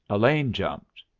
elaine jumped.